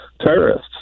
terrorists